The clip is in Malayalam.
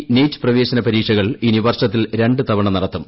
ഇ ഇ നീറ്റ് പ്രവേശന പരീക്ഷകൾ ഇനി വർഷത്തിൽ രണ്ടു തവണ നടത്തും